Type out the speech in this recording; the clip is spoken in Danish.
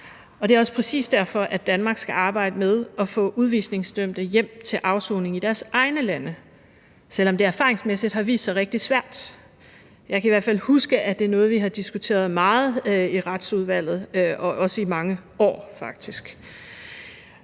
Og det er også præcis derfor, at Danmark skal arbejde for at få udvisningsdømte hjem til afsoning i deres egne lande, selv om det erfaringsmæssigt har vist sig rigtig svært. Jeg kan i hvert fald huske, at det er noget, vi har diskuteret meget i Retsudvalget og faktisk også i mange år.